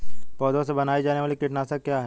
पौधों से बनाई जाने वाली कीटनाशक क्या है?